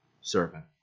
servant